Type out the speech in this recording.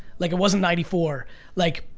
like it wasn't ninety four like,